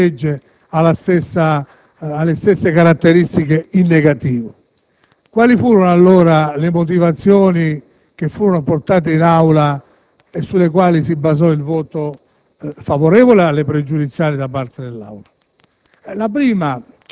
se anche il disegno di legge in esame ha le stesse caratteristiche in negativo. Quali furono all'epoca le motivazioni portate in questa sede sulle quali si basò il voto favorevole alle pregiudiziali da parte dell'Aula?